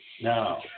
No